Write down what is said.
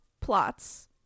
plots